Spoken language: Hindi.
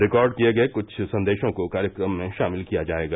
रिकॉर्ड किए गए कुछ संदेशों को कार्यक्रम में शामिल किया जाएगा